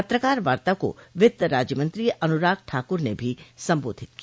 पत्रकार वार्ता को वित्त राज्य मंत्री अनुराग ठाकुर ने भी संबोधित किया